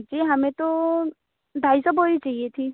जी हमें तो ढ़ाई सौ बोरी चाहिए थी